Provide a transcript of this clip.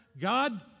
God